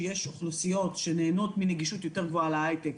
שיש אוכלוסיות שנהנות מנגישות יותר גבוהה להייטק,